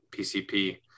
pcp